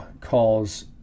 calls